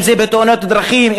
אם בתאונות דרכים,